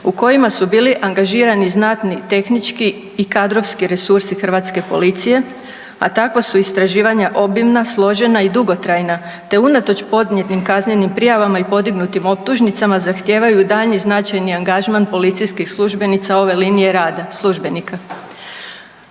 u kojima su bili angažirani znatni tehnički i kadrovski resursi hrvatske policije, a takva su istraživanja obimna, složena i dugotrajna te unatoč podnijetim kaznenim prijavama i podignutim optužnicama zahtijevaju i daljnji značajni angažman policijskih službenika ove linije rada službenika.